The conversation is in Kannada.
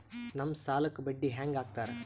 ನಮ್ ಸಾಲಕ್ ಬಡ್ಡಿ ಹ್ಯಾಂಗ ಹಾಕ್ತಾರ?